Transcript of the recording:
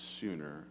sooner